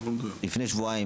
לפני שבועיים,